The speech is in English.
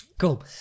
Cool